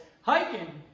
hiking